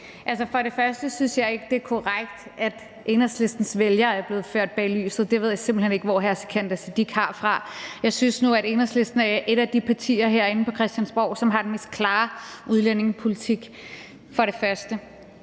For det første synes jeg ikke, at det er korrekt, at Enhedslistens vælgere er blevet ført bag lyset. Det ved jeg simpelt hen ikke hvor hr. Sikandar Siddique har fra. Jeg synes nu, at Enhedslisten er et af de partier herinde på Christiansborg, som har den mest klare udlændingepolitik. For det andet